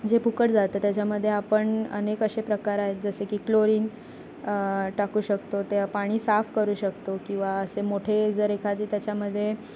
जे फुकट जातं त्याच्यामध्ये आपण अनेक असे प्रकार आहेत जसे की क्लोरीन टाकू शकतो त्या पाणी साफ करू शकतो किंवा असे मोठे जर एखादी त्याच्यामध्ये